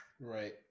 Right